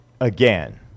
Again